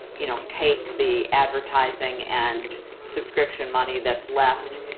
you know, take the advertising and subscription money that's left.